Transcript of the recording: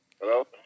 Hello